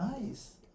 nice